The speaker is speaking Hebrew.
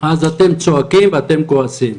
ואז אתם צועקים ואתם כועסים.